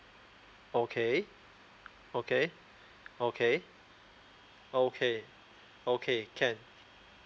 okay okay okay okay okay can